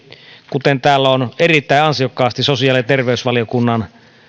kuten täällä on erittäin ansiokkaasti sosiaali ja terveysvaliokunnan